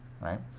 right